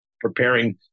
preparing